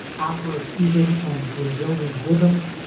afro-cuban and brazilian rhythms,